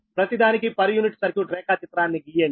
ప్రతిదానికి per unit circuit రేఖాచిత్రాన్ని గీయండి